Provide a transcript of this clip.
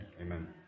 Amen